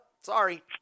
sorry